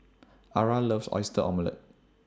Ara loves Oyster Omelette